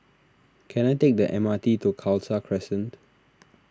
can I take the M R T to Khalsa Crescent